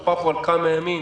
דובר פה על כמה ימים.